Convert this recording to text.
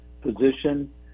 position